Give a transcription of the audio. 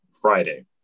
Friday